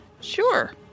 Sure